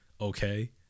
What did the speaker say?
Okay